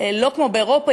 לא כמו אירופה,